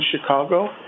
Chicago